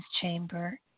Chamber